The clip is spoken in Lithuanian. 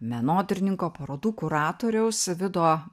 menotyrininko parodų kuratoriaus vido